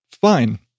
fine